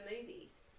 movies